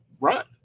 run